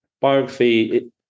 biography